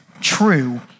true